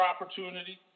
opportunity